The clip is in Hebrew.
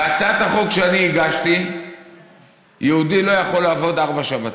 לפי הצעת החוק שאני הגשתי יהודי לא יכול לעבוד ארבע שבתות,